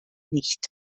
nicht